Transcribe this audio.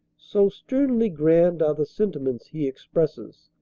so sternly grand are the sentiments he expresses.